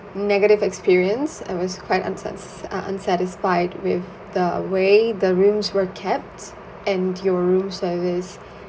negative experience and was quite unsas~ uh unsatisfied with the way the rooms were kept and your room service